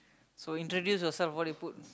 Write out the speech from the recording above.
so introduce yourself what you put